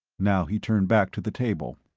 now he turned back to the table.